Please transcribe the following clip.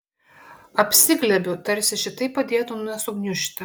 apsiglėbiu tarsi šitai padėtų nesugniužti